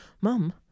Mom